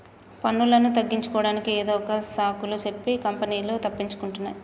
పన్నులను తగ్గించుకోడానికి ఏదొక సాకులు సెప్పి కంపెనీలు తప్పించుకుంటున్నాయ్